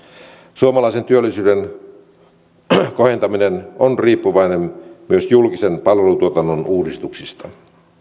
suomalaisen työllisyyden kohentaminen on riippuvainen myös julkisen palvelutuotannon uudistuksista